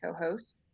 co-host